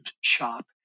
shop